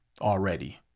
already